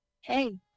hey